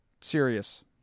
serious